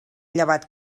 llevat